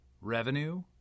Revenue